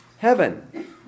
Heaven